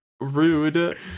rude